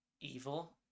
evil